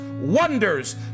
wonders